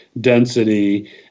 density